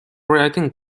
writing